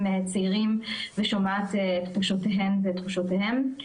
צעירים ושומעת את תחושותיהם ותחושותיהן.